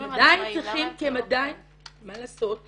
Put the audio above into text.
אם הם עצמאיים למה הם צריכים אתכם?